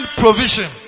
provision